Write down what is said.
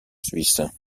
suisse